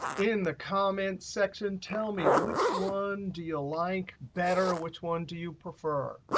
in the comments section, tell me which one do you like better or which one do you prefer.